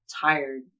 tired